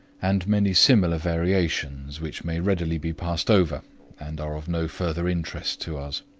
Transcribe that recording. and many similar variations which may readily be passed over and are of no further interest to us.